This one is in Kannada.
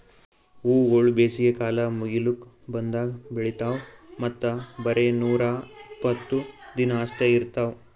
ಹೂವುಗೊಳ್ ಬೇಸಿಗೆ ಕಾಲ ಮುಗಿಲುಕ್ ಬಂದಂಗ್ ಬೆಳಿತಾವ್ ಮತ್ತ ಬರೇ ನೂರಾ ಇಪ್ಪತ್ತು ದಿನ ಅಷ್ಟೆ ಇರ್ತಾವ್